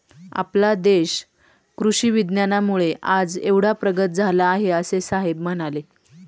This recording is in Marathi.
आपला देश कृषी विज्ञानामुळे आज एवढा प्रगत झाला आहे, असे साहेब म्हणाले